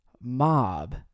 mob